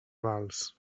vals